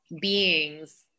beings